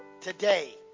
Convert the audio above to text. Today